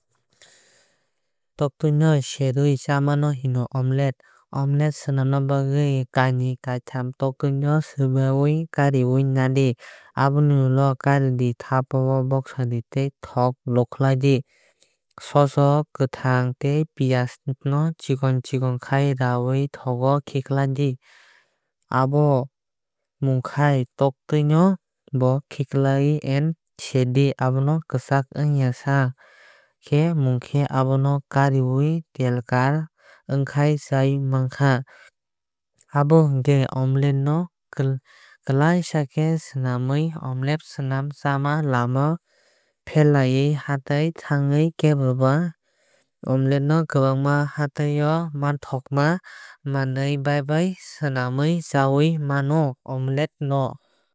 Toktui no serui chamano hino Omelet. Omelet swnamna bagwi kainui kaitham toktui no swbaui kariui nadi. Aboni ulo karai thapa o baksadi tei thok lukhlai di. Moso kwthang tei piyaj no chikon chikon khai rawui thogo khiklai di. Abo munkhai toktui no bo khiklaidi tei serdi abo kwchak ongyasa. Kwchak khe munkhe abono karidi teil telkar ongkhai chaui mankha. Abo hinkhe omelete no klai khe swnamwui omelete swnam ma lama pherlaui hatai thwgui. Keboba omelete no kwbangma hatai o manthokma manwui baibo swlamawui chaui mano o omlet no.